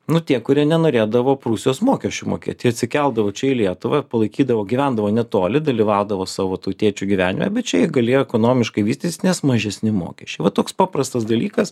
nu tie kurie nenorėdavo prūsijos mokesčių mokėt jie atsikeldavo čia į lietuvą palaikydavo gyvendavo netoli dalyvaudavo savo tautiečių gyvenime bet čia jie galėjo ekonomiškai vystytis nes mažesni mokesčiai va toks paprastas dalykas